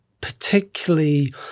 particularly